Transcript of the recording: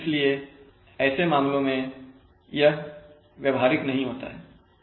इसलिए ऐसे मामलों में यह व्यवहारिक नहीं होता है